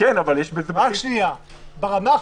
ברמה החקיקתית,